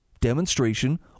demonstration